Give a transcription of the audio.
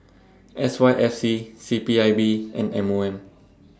S Y F C C P I B and M O M